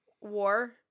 War